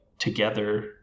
together